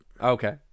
Okay